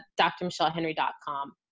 drmichellehenry.com